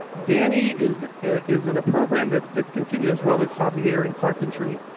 danny is is in a program that's discontinued, as well as javier in carpentry.